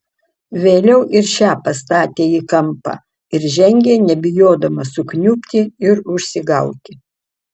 vėliau ir šią pastatė į kampą ir žengė nebijodama sukniubti ir užsigauti